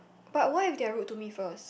but why they are rude to me first